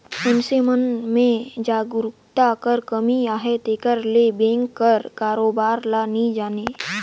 मइनसे मन में जागरूकता कर कमी अहे तेकर ले बेंक कर कारोबार ल नी जानें